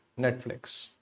Netflix